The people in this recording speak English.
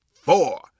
four